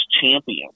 champion